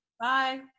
Bye